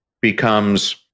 becomes